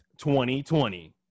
2020